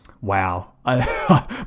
Wow